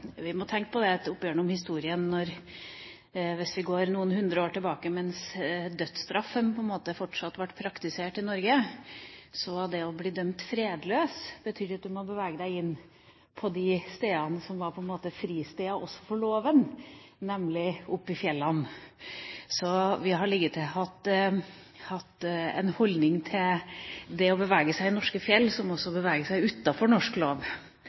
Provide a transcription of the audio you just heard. Vi må tenke på at oppigjennom historien, hvis vi går noen hundre år tilbake mens dødsstraffen fortsatt ble praktisert i Norge, har det å bli dømt fredløs betydd at man måtte bevege seg inn på de stedene som på en måte var fristeder også for loven, nemlig oppe i fjellene, så vi har liketil hatt en holdning til det å bevege seg i norske fjell som det å bevege seg også utenfor norsk lov.